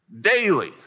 Daily